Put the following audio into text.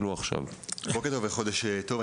בוקר טוב וחודש טוב.